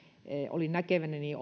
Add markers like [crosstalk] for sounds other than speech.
olin näkevinäni [unintelligible]